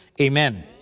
Amen